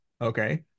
Okay